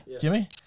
Jimmy